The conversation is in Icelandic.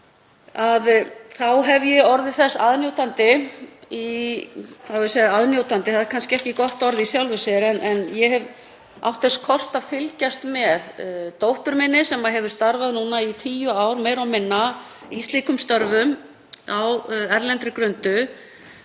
Ég hef orðið þess aðnjótandi, aðnjótandi er kannski ekki gott orð í sjálfu sér en ég hef átt þess kost að fylgjast með dóttur minni sem hefur starfað núna í tíu ár meira og minna í slíkum störfum á erlendri grundu,